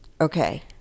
Okay